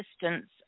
distance